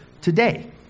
today